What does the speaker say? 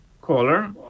caller